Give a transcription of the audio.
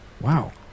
Wow